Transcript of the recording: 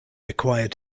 required